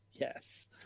yes